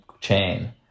chain